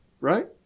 Right